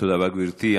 תודה רבה, גברתי.